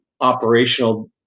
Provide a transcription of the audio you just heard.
Operational